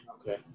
Okay